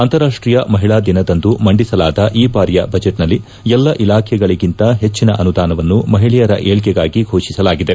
ಅಂತರಾಷ್ಟೀಯ ಮಹಿಳಾ ದಿನದಂದು ಮಂಡಿಸಲಾದ ಈ ಬಾರಿಯ ಬಜೆಟ್ ನಲ್ಲಿ ಎಲ್ಲ ಇಲಾಖೆಗಳಿಗಿಂತ ಹೆಚ್ಚಿನ ಅನುದಾನವನ್ನು ಮಹಿಳೆಯರ ಏಳ್ಗಾಗಿ ಘೋಷಿಸಲಾಗಿದೆ